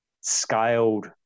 scaled